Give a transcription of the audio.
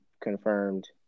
confirmed